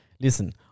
listen